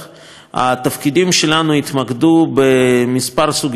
התפקידים שלנו התמקדו בכמה סוגיות קריטיות,